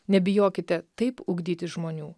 nebijokite taip ugdyti žmonių